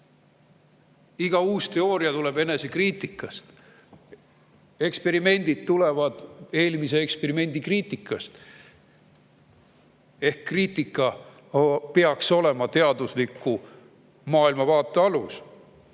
Iga uus teooria tuleb enesekriitikast. Eksperimendid tulevad eelmise eksperimendi kriitikast. Ehk kriitika peaks olema teadusliku maailmavaate alus. Aga